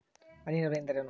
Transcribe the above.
ಹನಿ ನೇರಾವರಿ ಎಂದರೇನು?